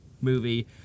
movie